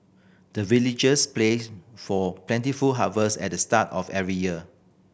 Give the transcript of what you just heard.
the villagers pray for plentiful harvest at the start of every year